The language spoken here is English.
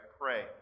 pray